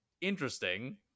interesting